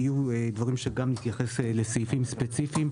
יהיו דברים שנתייחס לסעיפים ספציפיים,